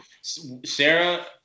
Sarah